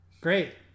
Great